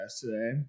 today